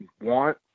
want